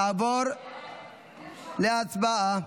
נעבור להצבעה.